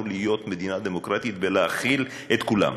להיות מדינה דמוקרטית ולהכיל את כולם.